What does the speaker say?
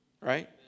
Right